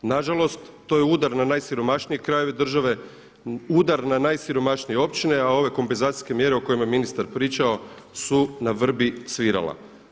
Na žalost, to je udar na najsiromašnije krajeve države, udar na najsiromašnije općine, a ove kompenzacijske mjere o kojima je ministar pričao su na vrbi svirala.